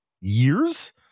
years